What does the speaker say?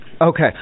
Okay